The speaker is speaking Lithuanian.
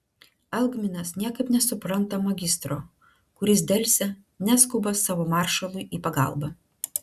algminas niekaip nesupranta magistro kuris delsia neskuba savo maršalui į pagalbą